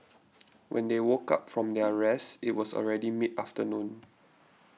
when they woke up from their rest it was already mid afternoon